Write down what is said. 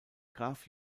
graf